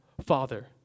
Father